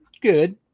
good